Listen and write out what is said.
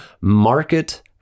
market